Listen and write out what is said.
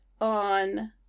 on